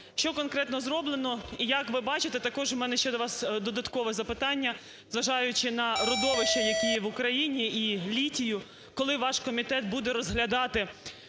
Що конкретно зроблено? І як ви бачите, також у мене до вас додаткове запитання, зважаючи на родовища, які є в Україні літію, коли ваш комітет буде розглядати